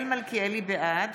בעד